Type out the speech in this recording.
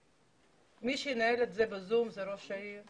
מי שינהל את זה ב-זום זה ראש העיר,